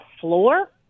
floor